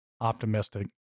optimistic